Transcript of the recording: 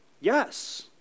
Yes